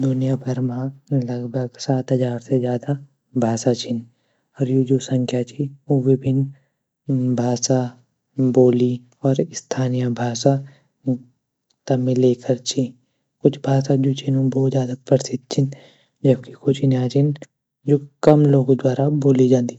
दुनियाभर म लगभग सात हज़ार से ज़्यादा भाषा छीन और यू जू संख्या ची उ विभिन्न भाषा बोली और स्थानीय भाषा त मिलकर ची कुछ भाषा जू छीन उ भोत ज़्यादा प्रशिद्ध छीन जबकि कुछ इन्या छीन जू कम लोगू द्वारा बोली ज़ान्दी।